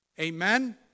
Amen